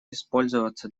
использоваться